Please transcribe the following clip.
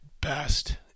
best